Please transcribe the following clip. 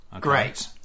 Great